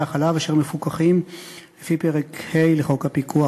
החלב אשר מפוקחים לפי פרק ה' לחוק הפיקוח.